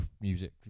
music